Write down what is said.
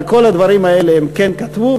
על כל הדברים האלה הם כן כתבו,